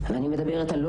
בערד,